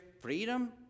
freedom